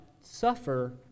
suffer